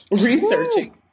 researching